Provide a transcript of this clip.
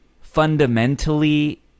fundamentally